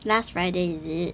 last friday is it